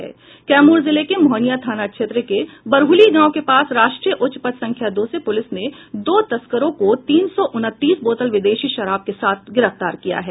कैमूर जिले के मोहनिया थाना क्षेत्र के बरहली गांव के पास राष्ट्रीय उच्च पथ संख्या दो से प्रलिस ने दो तस्करों को तीन सौ उनतीस बोतल विदेशी शराब के साथ गिरफ्तार किया है